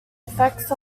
effects